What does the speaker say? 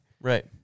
Right